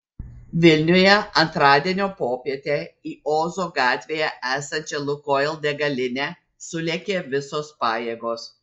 vilniuje antradienio popietę į ozo gatvėje esančią lukoil degalinę sulėkė visos pajėgos